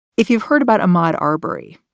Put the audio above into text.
if you've heard about a mod arbitrary,